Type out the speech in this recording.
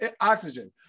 oxygen